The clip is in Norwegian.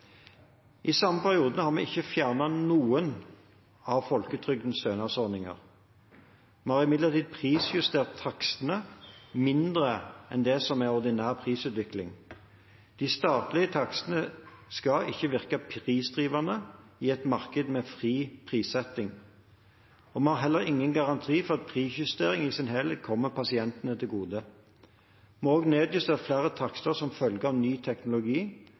I samme periode har vi ikke fjernet noen av folketrygdens stønadsordninger. Vi har imidlertid prisjustert takstene mindre enn det som er ordinær prisutvikling. De statlige takstene skal ikke virke prisdrivende i et marked med fri prissetting. Vi har heller ingen garanti for at prisjustering i sin helhet kommer pasientene til gode. Vi har også nedjustert flere takster som følge av ny teknologi,